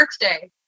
birthday